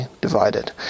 divided